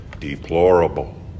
deplorable